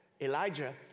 Elijah